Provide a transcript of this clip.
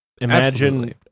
imagine